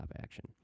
action